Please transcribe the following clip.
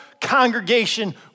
congregation